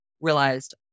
realized